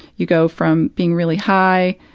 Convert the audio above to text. you go from being really high,